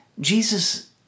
Jesus